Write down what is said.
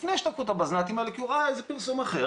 לפני שתקעו את הבז"נטים האלה כי הוא ראה איזה פרסום אחר